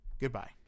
Goodbye